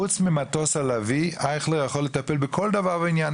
חוץ ממטוס הלביא אייכלר יכול לטפל בכל דבר ועניין.